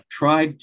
tried